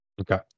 Okay